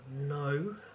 No